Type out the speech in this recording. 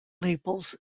labels